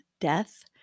death